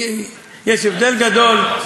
יש הבדל גדול,